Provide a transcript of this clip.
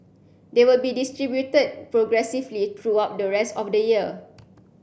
they will be distributed progressively throughout the rest of the year